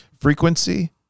Frequency